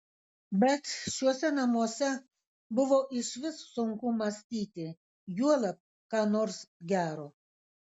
bet šiuose namuose buvo išvis sunku mąstyti juolab ką nors gero